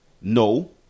no